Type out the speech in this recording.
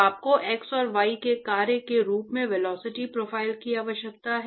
और आपको x और y के कार्य के रूप में वेलोसिटी प्रोफाइल की आवश्यकता है